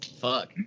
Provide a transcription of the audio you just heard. fuck